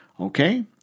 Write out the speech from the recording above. Okay